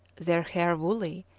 their hair woolly,